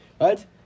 Right